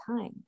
time